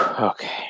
Okay